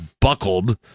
buckled